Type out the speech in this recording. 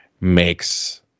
makes